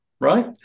right